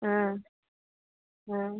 ആ ആ